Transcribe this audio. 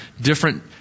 different